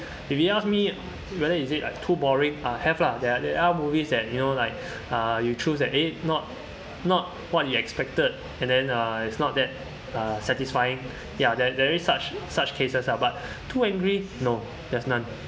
if you ask me whether is it like too boring ah have lah there are there are movies that you know like uh you choose that eh not not what you expected and then uh it's not that uh satisfying ya there there is such such cases lah but too angry no there's none